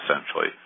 essentially